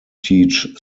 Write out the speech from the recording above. teach